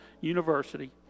university